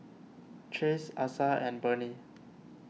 Chase Asa and Burney